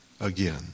again